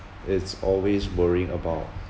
it's always worrying about